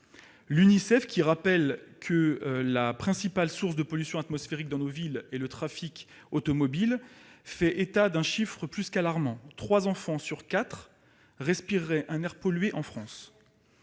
L'Unicef, qui rappelle que la principale source de pollution atmosphérique dans nos villes est le trafic automobile, fait état d'un chiffre plus qu'alarmant : trois enfants sur quatre respireraient un air pollué en France.